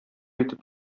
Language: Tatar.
итеп